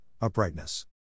uprightness